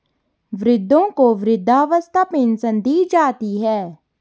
वृद्धों को वृद्धावस्था पेंशन दी जाती है